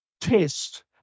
test